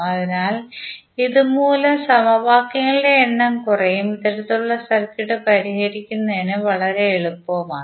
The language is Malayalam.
അതിനാൽ ഇതുമൂലം സമവാക്യങ്ങളുടെ എണ്ണം കുറയും ഇത്തരത്തിലുള്ള സർക്യൂട്ട് പരിഹരിക്കുന്നത് വളരെ എളുപ്പമാണ്